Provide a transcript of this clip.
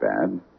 bad